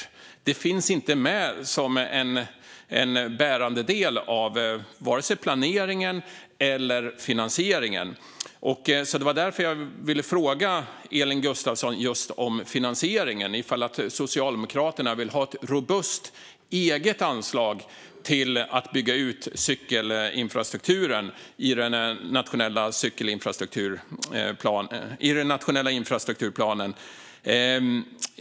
Det finns inte med som en bärande del av planeringen eller finansieringen. Det var därför jag ville fråga Elin Gustafsson om just finansieringen och om Socialdemokraterna vill ha ett robust eget anslag i den nationella infrastrukturplanen för att bygga ut cykelinfrastrukturen.